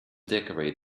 decorate